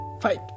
Fight